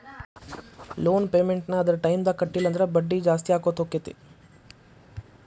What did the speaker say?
loan payment ನ್ನ ಅದರ್ ಟೈಮ್ದಾಗ್ ಕಟ್ಲಿಲ್ಲಂದ್ರ ಬಡ್ಡಿ ಜಾಸ್ತಿಅಕ್ಕೊತ್ ಹೊಕ್ಕೇತಿ